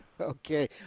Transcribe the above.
Okay